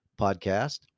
podcast